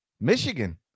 Michigan